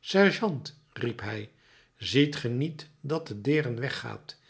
sergeant riep hij ziet ge niet dat de deern weggaat